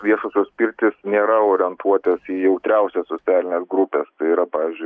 viešosios pirtys nėra orientuotos į jautriausias socialines grupestai yra pavyzdžiui